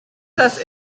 das